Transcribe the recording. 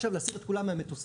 ועכשיו להסיר את כולם מהמטוסים.